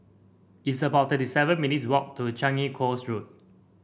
it's about thirty seven minutes' walk to Changi Coast Road